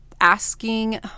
asking